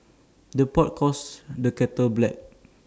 the pot calls the kettle black